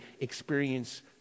experience